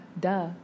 duh